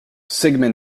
sigmund